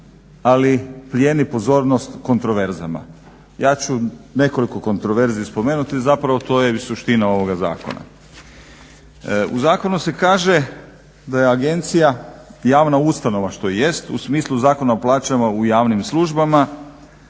ali plijeni pozornost kontroverzama. Ja ću nekoliko kontroverzi spomenuti zapravo to je suština ovoga zakona. U zakonu se kaže da je agencija javna ustanova, što i jest u smislu Zakona o plaćama u javnim službama